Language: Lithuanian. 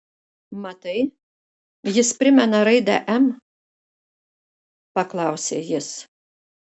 matai jis primena raidę m paklausė jis